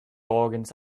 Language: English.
organs